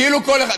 כאילו כל אחד,